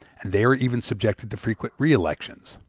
they are even subjected to frequent re-elections.